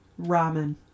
Ramen